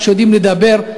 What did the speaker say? שיודעים לדבר,